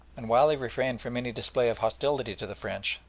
and while they refrained from any display of hostility to the french,